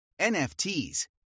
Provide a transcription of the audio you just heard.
NFTs